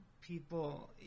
people